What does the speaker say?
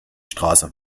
straße